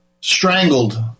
strangled